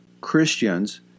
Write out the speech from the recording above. Christians